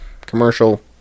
commercial